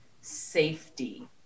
safety